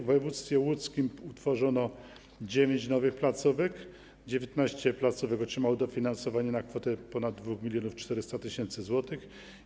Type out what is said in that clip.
W województwie łódzkim utworzono dziewięć nowych placówek, a 19 placówek otrzymało dofinansowane na kwotę ponad 2400 tys. zł.